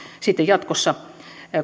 sitten jatkossa